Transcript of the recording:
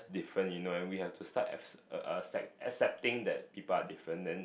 different you know and we have to start ac~ accepting that people are different then